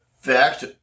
fact